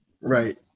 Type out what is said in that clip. right